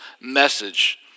message